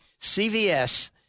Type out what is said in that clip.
CVS